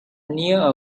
near